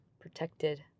protected